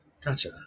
Gotcha